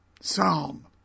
Psalm